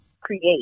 create